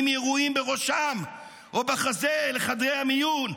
ירויים בראשם או בחזה אל חדרי המיון,